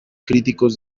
críticos